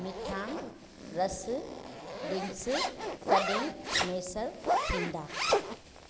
मिठाणि रस ड्रिन्क्स कॾ हि मयसरु थींदा